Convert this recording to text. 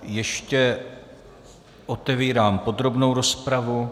Ještě otevírám podrobnou rozpravu.